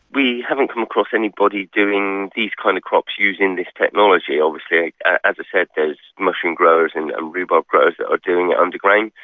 we haven't come across anybody doing these kind of crops using this technology obviously. as i said, there's mushroom growers and and rhubarb growers that are doing it underground.